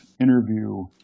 interview